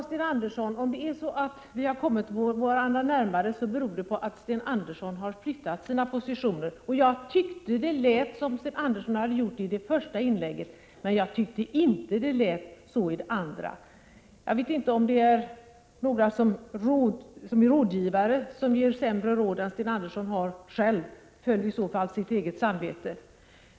Herr talman! Om vi har kommit varandra närmare, Sten Andersson, beror det på att Sten Andersson har flyttat sina positioner. I Sten Anderssons första inlägg tyckte jag det lät som om han hade gjort detta, men jag tyckte inte att det lät så i hans andra inlägg. Jag vet inte om det beror på att Sten Anderssons rådgivare ger honom anvisningar, så att det han säger är sämre än det som han skulle säga utan rådgivare. Jag tycker i så fall att han skall följa sitt eget samvete.